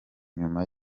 nyuma